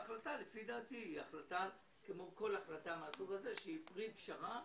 ההחלטה היא פרי פשרה.